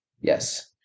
Yes